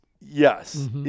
yes